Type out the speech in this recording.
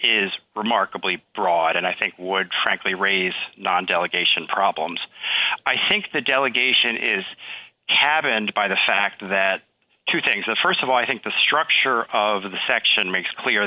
is remarkably broad and i think would frankly raise non delegation problems i think the delegation is cabined by the fact that two things the st of all i think the structure of the section makes clear